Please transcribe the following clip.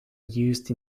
used